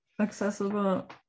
accessible